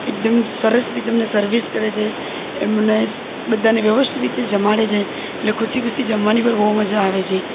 એકદમ સરસ રીતે અમને સર્વિસ કરે છે એમને બધાને વ્યવસ્થિત રીતે જમાડે છે એટલે ખુશી ખુશી જમવાની પણ બહુ મજા આવે છે